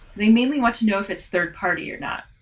they mainly want to know if it's third party or not.